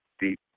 deep